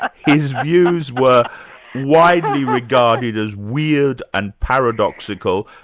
ah his views were widely regarded as weird and paradoxical,